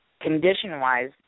condition-wise